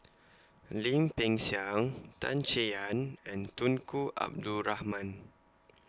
Lim Peng Siang Tan Chay Yan and Tunku Abdul Rahman